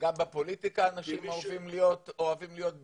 וגם בפוליטיקה אנשים אוהבים להיות באותו